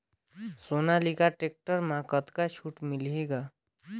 Sonalika tractor म कतका छूट मिलही ग?